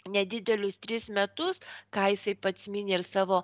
nedidelius tris metus ką jisai pats mini ir savo